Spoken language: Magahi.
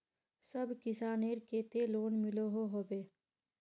सब किसानेर केते लोन मिलोहो होबे?